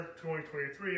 2023